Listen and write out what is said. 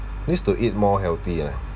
needs to eat more healthy ah